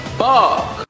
fuck